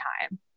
time